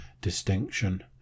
distinction